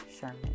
Sherman